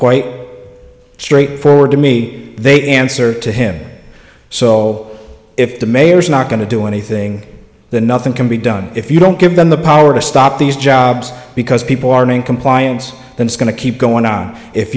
quite straightforward to me they answer to him so if the mayor is not going to do anything that nothing can be done if you don't give them the power to stop these jobs because people aren't in compliance and skin to keep going on if